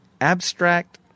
abstract